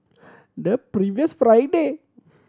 the previous Friday